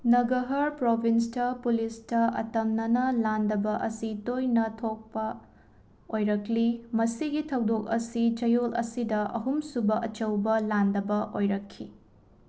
ꯅꯒꯍꯔ ꯄ꯭ꯔꯣꯚꯤꯟꯁꯇ ꯄꯨꯂꯤꯁꯇ ꯑꯇꯝꯅꯅ ꯂꯥꯟꯗꯥꯕ ꯑꯁꯤ ꯇꯣꯏꯅ ꯊꯣꯛꯄ ꯑꯣꯏꯔꯛꯂꯤ ꯃꯁꯤꯒꯤ ꯊꯧꯗꯣꯛ ꯑꯁꯤ ꯆꯌꯣꯜ ꯑꯁꯤꯗ ꯑꯍꯨꯝꯁꯨꯕ ꯑꯆꯧꯕ ꯂꯥꯟꯗꯥꯕ ꯑꯣꯏꯔꯛꯈꯤ